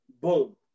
boom